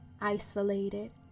isolated